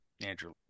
Andrew